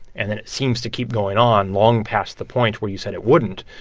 and then it seems to keep going on long past the point where you said it wouldn't,